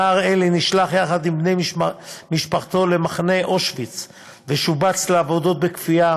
הנער אלי נשלח יחד עם בני משפחתו למחנה אושוויץ ושובץ לעבודות בכפייה.